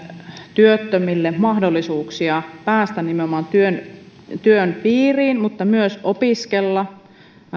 työttömille mahdollisuuksia päästä nimenomaan työn työn piiriin mutta myös opiskella